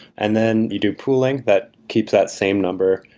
and then you do pooling that keeps that same number.